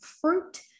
fruit